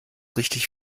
richtig